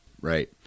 Right